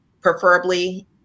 preferably